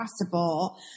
possible